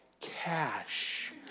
cash